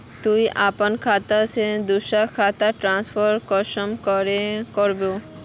तुई अपना खाता से दूसरा खातात ट्रांसफर कुंसम करे करबो?